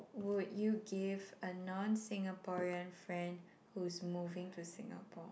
would you give a non Singaporean friend who's moving to Singapore